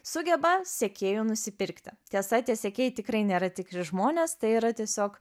sugeba sekėjų nusipirkti tiesa tie sekėjai tikrai nėra tikri žmonės tai yra tiesiog